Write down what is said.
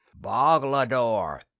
Boglador